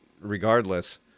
regardless